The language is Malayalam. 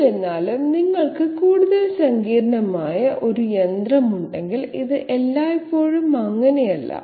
എന്നിരുന്നാലും നിങ്ങൾക്ക് കൂടുതൽ സങ്കീർണ്ണമായ ഒരു യന്ത്രം ഉണ്ടെങ്കിൽ ഇത് എല്ലായ്പ്പോഴും അങ്ങനെയല്ല